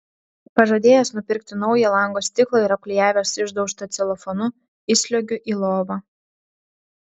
pažadėjęs nupirkti naują lango stiklą ir apklijavęs išdaužtą celofanu įsliuogiu į lovą